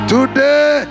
Today